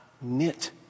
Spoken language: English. knit